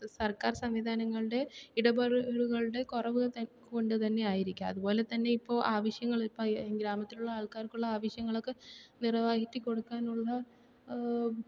സർക്കാർ സംവിധാനങ്ങളുടെ ഇടപെടുലകളുടെ കുറവ് കൊണ്ട് തന്നെ ആയിരിക്കാം അതുപോലെ തന്നെ ഇപ്പോൾ ആവശ്യങ്ങൾ ഇപ്പം ഗ്രാമത്തിലുള്ള ആൾക്കാർക്കുള്ള ആവശ്യങ്ങളൊക്കെ നിറവേറ്റി കൊടുക്കാനുള്ള